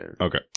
okay